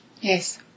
Yes